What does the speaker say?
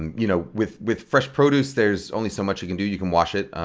and you know with with fresh produce there's only so much you can do, you can wash it.